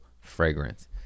fragrance